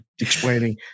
Explaining